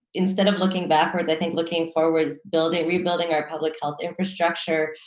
instead of looking backwards, i think looking forwards building, rebuilding our public health infrastructure,